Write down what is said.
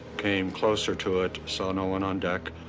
came closer to it, saw no one on deck.